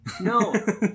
No